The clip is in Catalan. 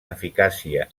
eficàcia